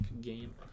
game